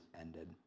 ended